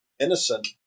innocent